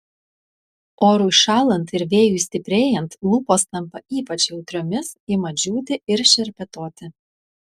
orui šąlant ir vėjui stiprėjant lūpos tampa ypač jautriomis ima džiūti ir šerpetoti